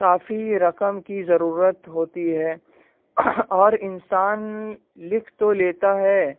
کافی رقم کی ضرورت ہوتی ہے اور انسان لکھ تو لیتا ہے